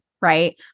right